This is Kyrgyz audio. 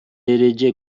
эреже